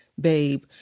babe